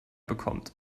bekommt